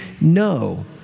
No